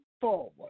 forward